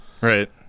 right